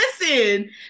listen